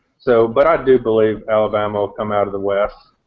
so but i do believe alabama will come out of the where ah.